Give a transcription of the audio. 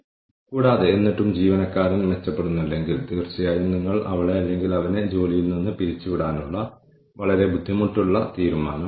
അതുപോലെ നമ്മൾ മികച്ച ഉപഭോക്തൃ സംതൃപ്തി കൈവരിക്കാൻ ശ്രമിക്കുമ്പോൾ നമുക്ക് സ്വീകരിക്കാവുന്ന രണ്ടാമത്തെ അളവ് അല്ലെങ്കിൽ മെട്രിക് ഉപഭോക്തൃ സംതൃപ്തി പൂർത്തിയാക്കിയ ഉപഭോക്താക്കളുടെ ശതമാനമാണ്